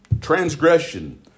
Transgression